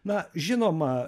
na žinoma